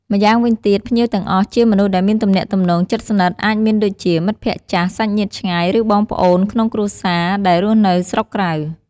ម្យ៉ាងវិញទៀត ភ្ញៀវទាំងអស់ជាមនុស្សដែលមានទំនាក់ទំនងជិតស្និទ្ធ អាចមានដូចជា មិត្តភក្តិចាស់ សាច់ញាតិឆ្ងាយ ឬបងប្អូនក្នុងគ្រួសារដែលរស់នៅស្រុកក្រៅ។